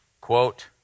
quote